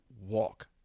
walk